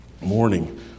morning